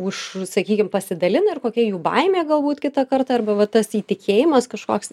už sakykim pasidalina ir kokia jų baimė galbūt kitą kartą arba tas įtikėjimas kažkoks